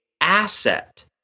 asset